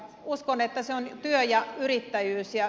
uskon että se on työ ja yrittäjyys